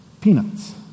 peanuts